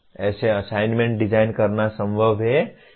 ऐसे assignment design करना संभव है